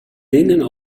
dingen